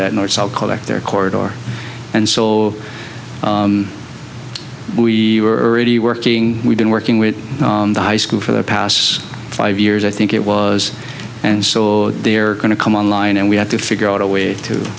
that north south collector corridor and so we were already working we've been working with the high school for the past five years i think it was and so they're going to come online and we have to figure out a way to